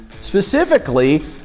Specifically